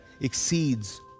exceeds